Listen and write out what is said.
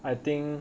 I think